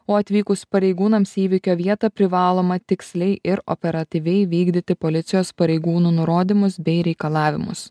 o atvykus pareigūnams į įvykio vietą privaloma tiksliai ir operatyviai vykdyti policijos pareigūnų nurodymus bei reikalavimus